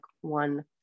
one